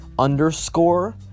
Underscore